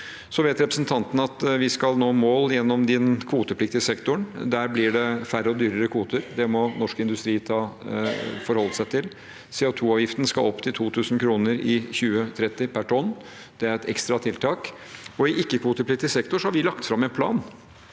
Så vet representanten at vi skal nå mål gjennom den kvotepliktige sektoren. Der blir det færre og dyrere kvoter. Det må norsk industri forholde seg til. CO2-avgiften skal opp til 2 000 kr per tonn i 2030. Det er et ekstra tiltak. I ikke-kvotepliktig sektor har vi lagt fram en plan.